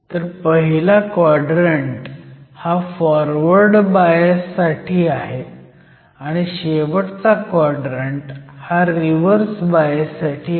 तर पहिला क्वाडरंट हा फॉरवर्ड बायस साठी आहे आणि शेवटचा क्वाडरंट हा रिव्हर्स बायस साठी आहे